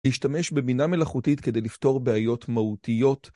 ‫השתמש בבינה מלאכותית ‫כדי לפתור בעיות מהותיות.